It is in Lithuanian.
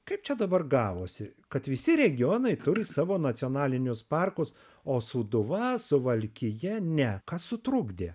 kaip čia dabar gavosi kad visi regionai turi savo nacionalinius parkus o sūduva suvalkija ne kas sutrukdė